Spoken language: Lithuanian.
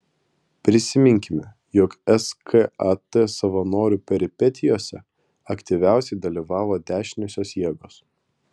prisiminkime jog skat savanorių peripetijose aktyviausiai dalyvavo dešiniosios jėgos